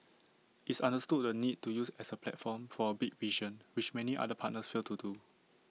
it's understood the need to use as A platform for A big vision which many other partners fail to do